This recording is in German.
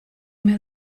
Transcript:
mir